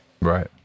Right